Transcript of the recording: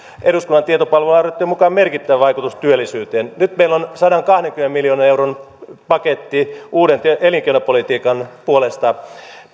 eduskunnan tietopalvelun arvioitten mukaan merkittävä vaikutus työllisyyteen nyt meillä on sadankahdenkymmenen miljoonan euron paketti uuden elinkeinopolitiikan puolesta